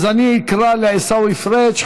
אז אני אקרא לעיסאווי פריג'.